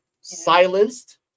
silenced